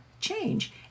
change